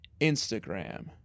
Instagram